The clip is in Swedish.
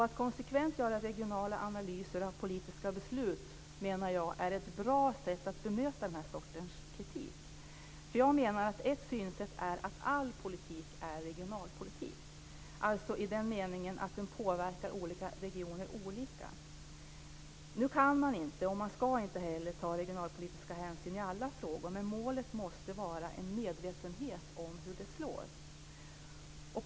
Att konsekvent göra regionala analyser av politiska beslut menar jag är ett bra sätt att bemöta denna sorts kritik. Jag menar att ett synsätt är att all politik är regionalpolitik i den meningen att den påverkar olika regioner olika. Man kan inte, och man ska inte heller, ta regionalpolitiska hänsyn i alla frågor, men målet måste vara en medvetenhet om hur det slår.